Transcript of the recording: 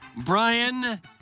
Brian